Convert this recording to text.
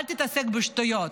אל תתעסק בשטויות.